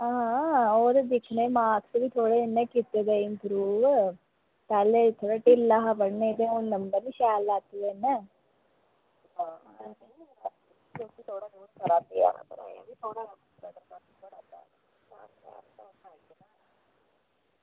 आं ओह् दिक्खे में मार्क्स बी इन्ने कीते दे न इम्प्रूव पैह्लें ढिल्ला हा पढ़ने ई हून नंबर बी शैल लैते दे पढ़नै ई